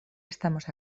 estamos